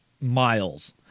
miles